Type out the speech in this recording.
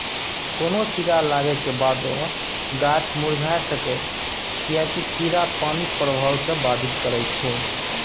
कोनो कीड़ा लागै के बादो गाछ मुरझा सकैए, कियैकि कीड़ा पानिक प्रवाह कें बाधित करै छै